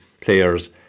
players